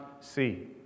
see